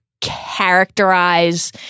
characterize